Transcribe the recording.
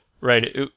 Right